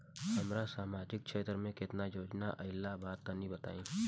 हमरा समाजिक क्षेत्र में केतना योजना आइल बा तनि बताईं?